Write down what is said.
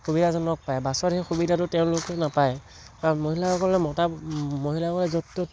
সুবিধাজনক পায় বাছত সেই সুবিধাটো নাপায় কাৰণ মহিলাসকলে মতা মহিলাসকলে য'ত ত'ত